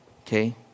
Okay